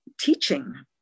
teaching